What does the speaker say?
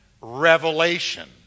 revelation